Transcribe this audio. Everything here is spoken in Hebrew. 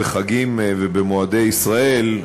בחגים ובמועדי ישראל,